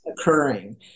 occurring